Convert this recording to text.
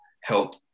help